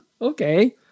Okay